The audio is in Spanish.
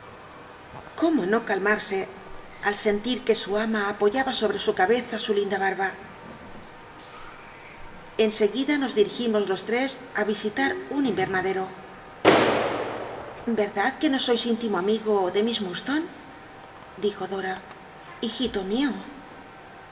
cirno no calmarse al sentir que su ama apoyaba sobre su cabeza su linda ba rba en scguiua nos di r igimos los tres i r isit u un invcmadero verdad que no sois íntimo am igo de miss i'llurdslone dijo dora hijito mio